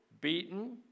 beaten